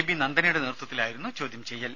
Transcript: B നന്ദനയുടെ നേതൃത്വത്തിലായിരുന്നു ചോദ്യം ചെയ്യൽ